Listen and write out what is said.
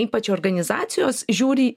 ypač organizacijos žiūri